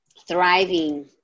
thriving